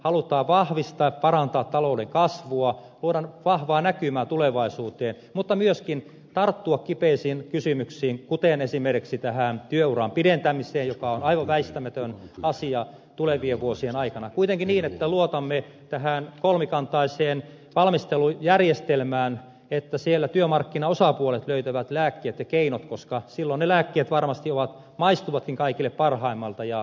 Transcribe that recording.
halutaan vahvistaa parantaa talouden kasvua luoda vahvaa näkymää tulevaisuuteen mutta myöskin tarttua kipeisiin kysymyksiin kuten esimerkiksi tähän työuran pidentämiseen joka on aivan väistämätön asia tulevien vuosien aikana kuitenkin niin että luotamme tähän kolmikantaiseen valmistelujärjestelmään että siellä työmarkkinaosapuolet löytävät lääkkeet ja keinot koska silloin ne lääkkeet varmasti maistuvatkin kaikille parhaimmilta